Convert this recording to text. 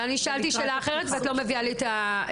אבל שאלתי שאלה אחרת ואת לא נותנת לי נתונים.